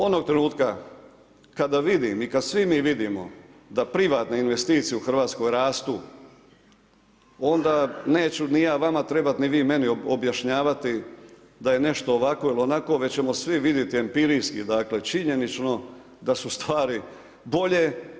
Onog trenutka kada vidim i kada svi mi vidimo da privatne investicije u Hrvatskoj rastu onda neću ni ja vama trebati ni vi meni objašnjavati da je nešto ovako ili onako već ćemo svi vidjeti empirijski dakle činjenično da su stvari bolje.